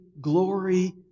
glory